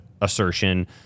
assertion